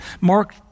Mark